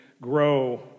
grow